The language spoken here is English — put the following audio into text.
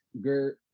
Gert